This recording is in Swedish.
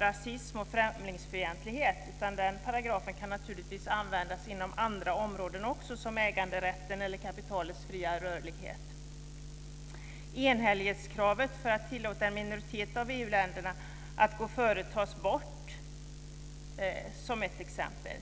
rasism och främlingsfientlighet. Denna paragraf kan naturligtvis tillämpas också inom andra områden såsom äganderätten och kapitlets fria rörlighet. Kravet på enhällighet för att tillåta en minoritet av EU-länderna att gå före tas bort. Det är också ett exempel.